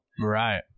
Right